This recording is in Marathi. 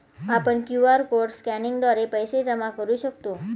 आपण क्यू.आर कोड स्कॅनिंगद्वारे पैसे जमा करू शकतो